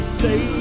say